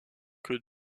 que